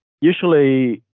Usually